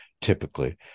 typically